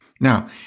Now